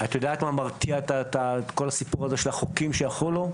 את יודעת מה מרתיע כל הסיפור הזה של החוקים שיחולו?